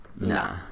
Nah